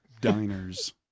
Diners